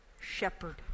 Shepherd